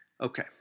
Okay